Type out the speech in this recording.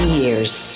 years